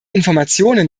informationen